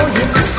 yes